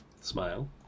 Smile